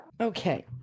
okay